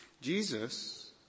Jesus